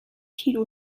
kilo